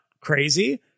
crazy